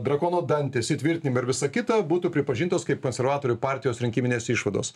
drakono dantys įtvirtinimai ir visa kita būtų pripažintos kaip konservatorių partijos rinkiminės išvados